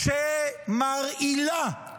-- שמרעילה,